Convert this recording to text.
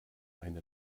eine